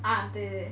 啊对